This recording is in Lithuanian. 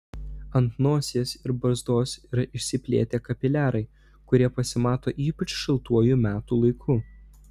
ant nosies ir barzdos yra išsiplėtę kapiliarai kurie pasimato ypač šaltuoju metų laiku